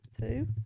Two